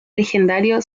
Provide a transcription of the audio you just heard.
legendario